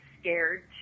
scared